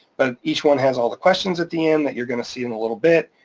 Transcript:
but each one has all the questions at the end that you're gonna see in a little bit,